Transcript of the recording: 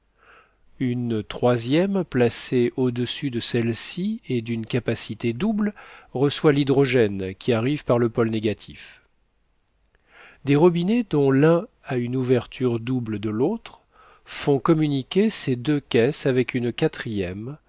une troisième placée au-dessus de celle-ci et d'une capacité double reçoit l'hydrogène qui arrive par le pôle négatif des robinets dont l'un a une ouverture double de l'autre font communiquer ces deux caisses avec une quatrième